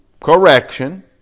correction